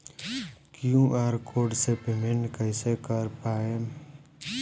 QR code से payment कईसे कर पाएम?